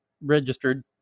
registered